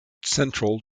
central